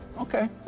okay